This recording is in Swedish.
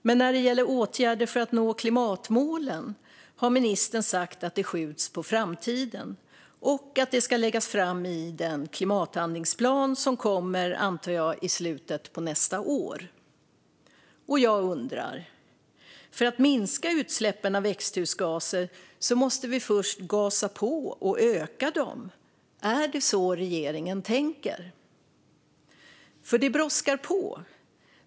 Men när det gäller åtgärder för att nå klimatmålen har ministern sagt att de skjuts på framtiden och att de ska läggas fram i den handlingsplan som jag antar kommer i slutet av nästa år. För att minska utsläppen av växthusgaser måste vi först gasa på och öka dem. Är det så regeringen tänker? Det brådskar nämligen.